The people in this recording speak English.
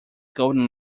golden